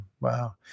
wow